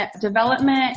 development